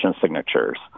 signatures